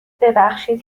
ببخشید